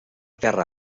terra